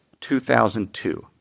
2002